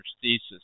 thesis